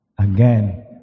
again